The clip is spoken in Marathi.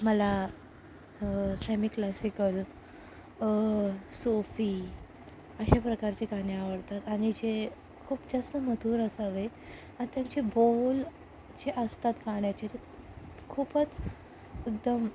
मला सेमी क्लासिकल सोफी अशा प्रकारचे गाणे आवडतात आणि जे खूप जास्त मधुर असावे आणि त्यांचे बोल जे असतात गाण्याचे जे ते खूपच एकदम